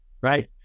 right